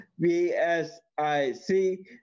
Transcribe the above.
B-S-I-C